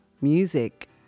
music